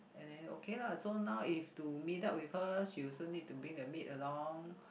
and then okay lah so now if to meet up with her she also need to bring the maid along